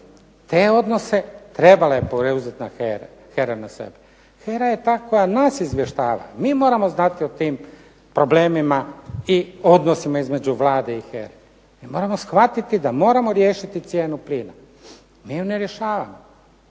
Te odnose trebala je HERA preuzeti na sebe. HERA je ta koja nas izvještava. Mi moramo znati o tim problemima i odnosima između Vlade i HERE. Mi moramo shvatiti da moramo riješiti cijenu plina. Mi ju ne rješavamo.